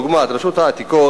דוגמת רשות העתיקות,